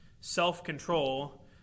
self-control